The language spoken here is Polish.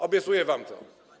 Obiecuję wam to.